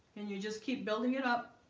and you just keep building it up